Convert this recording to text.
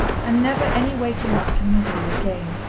and never any waking up to misery again.